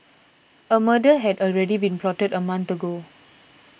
a murder had already been plotted a month ago